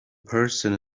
person